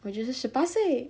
我就是十八岁